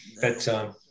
bedtime